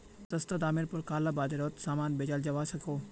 सस्ता डामर पोर काला बाजारोत सामान बेचाल जवा सकोह